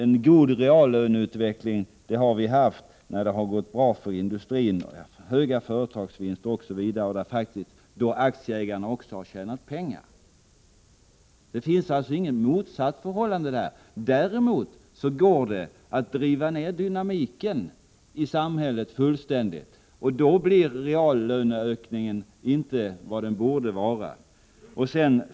En god reallöneutveckling har vi haft när det har gått bra för industrin med höga företagsvinster osv. och då också aktieägarna tjänade pengar. Det finns alltså inget motsattsförhållande här. Däremot kan man driva ned dynamiken i samhället fullständigt, och då blir reallöneökningen inte vad den borde vara.